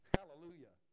Hallelujah